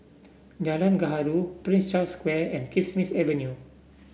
Jalan Gaharu Prince Charles Square and Kismis Avenue